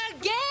again